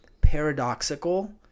paradoxical